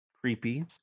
creepy